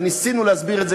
וניסינו להסביר את זה,